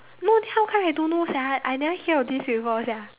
no then how come I don't know sia I never hear of this before sia